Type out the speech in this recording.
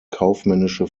kaufmännische